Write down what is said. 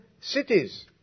cities